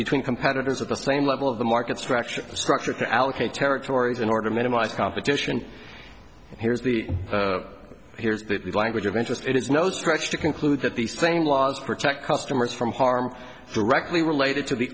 between competitors at the same level of the market structure structure to allocate territories in order to minimize competition here's the here's the language of interest it is no stretch to conclude that the same laws protect customers from harm directly related to the